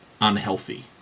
unhealthy